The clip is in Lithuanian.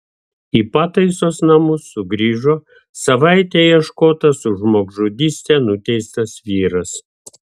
į pataisos namus sugrįžo savaitę ieškotas už žmogžudystę nuteistas vyras